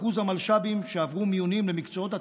אחוז המלש"בים שעברו מיונים למקצועות התקשוב,